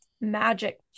magic